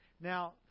Now